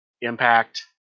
Impact